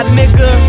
nigga